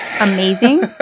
amazing